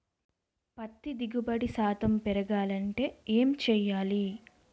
పత్తి దిగుబడి శాతం పెరగాలంటే ఏంటి చేయాలి?